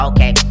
Okay